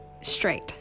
straight